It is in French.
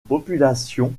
population